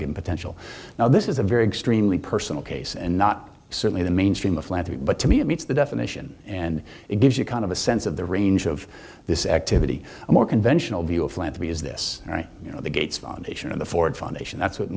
given potential now this is a very extreme lee personal case and not certainly the mainstream of flattery but to me it meets the definition and it gives you kind of a sense of the range of this activity a more conventional view of philanthropy is this you know the gates foundation of the ford foundation that's what